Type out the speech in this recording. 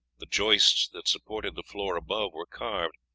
the joists that supported the floor above were carved,